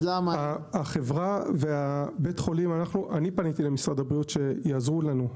פניתי למשרד הבריאות שיעזרו לנו,